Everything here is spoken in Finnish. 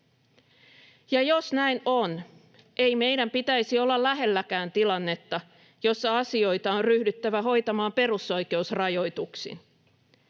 Ja jos näin on, ei meidän pitäisi olla lähelläkään tilannetta, jossa asioita on ryhdyttävä hoitamaan perusoikeusrajoituksin.